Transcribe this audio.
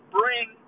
bring